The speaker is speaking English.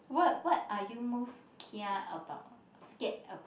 what what are you most kia about scared about